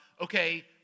okay